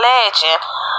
Legend